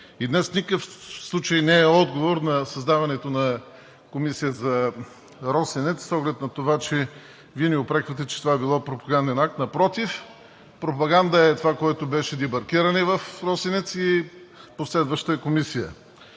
Днес в никакъв случай не е отговор на създаването на Комисията за „Росенец“ с оглед на това, че Вие ни упреквате, че това било пропаганден акт. Напротив, пропаганда е това, което беше дебаркиране в „Росенец“ и последваща комисия.